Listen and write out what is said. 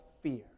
fear